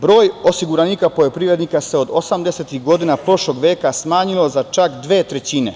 Broj osiguranika poljoprivrednika se od 80-ih godina prošlog veka smanjio za čak dve trećine.